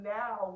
now